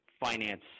Finance